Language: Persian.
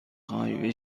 خواهی